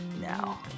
now